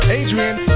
adrian